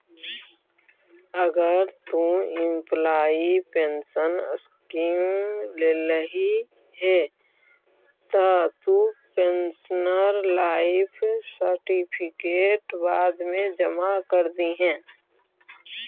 अगर तु employee pension scheme लेल्ही हे त तु पेंशनर लाइफ सर्टिफिकेट बाद मे जमा कर दिहें